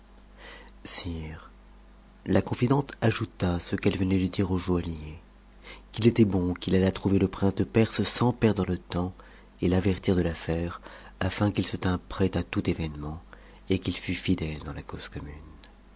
sire la confidente ajouta à ce qu'elle venait de dire au joaillier qu'il s était bon qu'il allât trouver le prince de perse sans perdre de temps et l'avertir de l'asaire afin qu'il se tînt prêt à tout événement et qu'il fût fidèle dans la cause commune